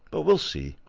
but we'll see.